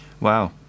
Wow